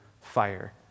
fire